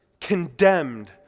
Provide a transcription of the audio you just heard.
condemned